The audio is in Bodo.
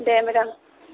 दे मेदाम